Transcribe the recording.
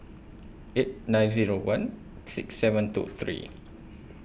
eight nine Zero one six seven two three